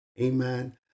Amen